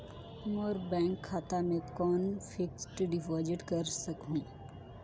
मोर bank खाता मे कौन फिक्स्ड डिपॉजिट कर सकहुं?